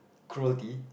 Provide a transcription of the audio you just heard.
cruelty